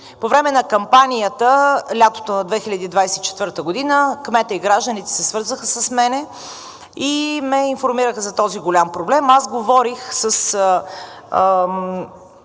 По време на кампанията – лятото на 2024 г., кметът и гражданите се свързаха с мен и ме информираха за този голям проблем. Аз говорих с